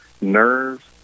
nerves